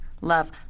Love